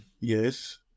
yes